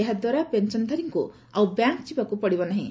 ଏହାଦ୍ୱାରା ପେନ୍ସନ୍ଧାରୀଙ୍କୁ ଆଉ ବ୍ୟାଙ୍କ୍ ଯିବାକୁ ପଡ଼ିବ ନାହିଁ